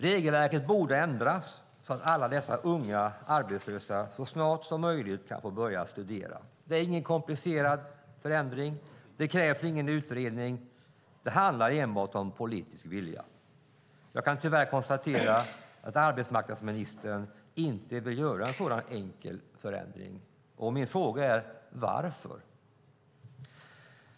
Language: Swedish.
Regelverket borde ändras så att alla dessa unga arbetslösa så snart som möjligt kan få börja studera. Det är ingen komplicerad förändring. Det krävs ingen utredning. Det handlar enbart om politisk vilja. Jag kan tyvärr konstatera att arbetsmarknadsministern inte vill göra en sådan enkel förändring. Min fråga är: Varför?